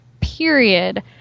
period